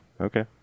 Okay